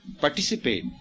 participate